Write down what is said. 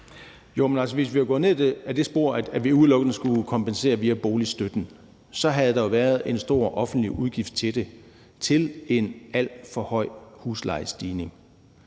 hvis vi var gået ned ad det spor, hvor vi udelukkende skulle kompensere via boligstøtten, så havde der jo været en stor offentlig udgift til det på grund af en alt for høj huslejestigning.